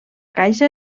caixa